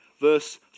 Verse